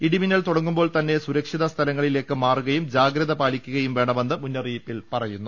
ഇടിമിന്നൽ തുടങ്ങുമ്പോൾതന്നെ സുരക്ഷിത സ്ഥലങ്ങളി ലേക്ക് മാറുകയും ജാഗ്രത പാലിക്കുകയും വ്രേണ്മെന്ന് മുന്ന റിയിപ്പിൽ പറയുന്നു